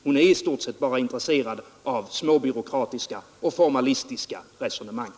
Hon är i stort sett bara intresserad av småbyråkratiska och formalistiska resonemang.